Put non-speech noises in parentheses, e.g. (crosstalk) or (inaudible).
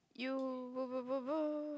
you (noise)